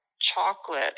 chocolate